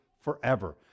forever